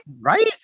Right